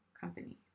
Company